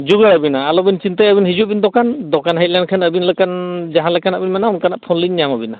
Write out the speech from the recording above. ᱦᱤᱡᱩᱜ ᱵᱤᱱ ᱟᱞᱚ ᱵᱤᱱ ᱪᱤᱱᱛᱟᱹᱭᱟ ᱟᱹᱵᱤᱱ ᱦᱤᱡᱩᱜ ᱵᱤᱱ ᱫᱳᱠᱟᱱ ᱫᱳᱠᱟᱱ ᱦᱮᱡ ᱞᱮᱱᱦᱟᱱ ᱟᱹᱵᱤᱱ ᱞᱮᱠᱟ ᱡᱟᱦᱟᱸ ᱞᱮᱠᱟᱱᱟᱜ ᱵᱤᱱ ᱢᱮᱱᱟ ᱚᱱᱠᱟᱱᱟᱜ ᱯᱷᱳᱱ ᱞᱤᱧ ᱧᱟᱢ ᱟᱹᱵᱤᱱᱟ